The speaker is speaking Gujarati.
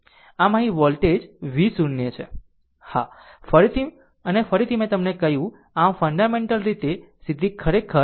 આમ અહીં વોલ્ટેજ v 0 છે 0 હા ફરીથી અને ફરીથી મેં તમને કહ્યું આમ ફન્ડામેન્ટલ રીતે સીધી ખરેખર v 3 10 વોલ્ટ આમ આ ખરેખર 10 વોલ્ટ છે